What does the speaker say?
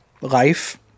life